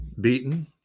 beaten